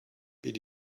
beat